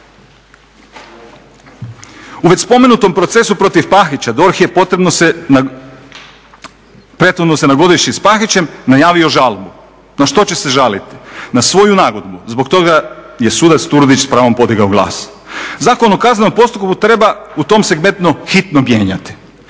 U već spomenutom procesu protiv Pahića DORH je prethodno se nagodivši s Pahićem najavio žalbu. Na što će se žaliti? Na svoju nagodbu. Zbog toga je sudac Turudić s pravom podigao glas. Zakon o kaznenom postupku treba u tom segmentu hitno mijenjati.